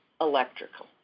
electrical